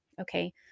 okay